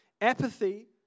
Apathy